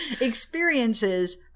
Experiences